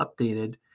updated